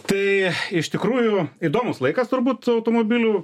tai iš tikrųjų įdomus laikas turbūt automobilių